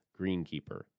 greenkeeper